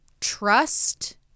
trust